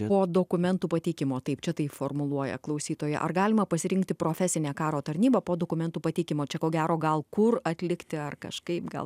po dokumentų pateikimo taip čia taip formuluoja klausytoja ar galima pasirinkti profesinę karo tarnybą po dokumentų pateikimo čia ko gero gal kur atlikti ar kažkaip gal